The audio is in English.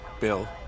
Bill